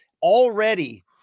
Already